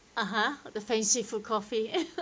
(uh huh) the fancy food coffee